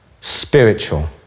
spiritual